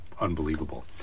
unbelievable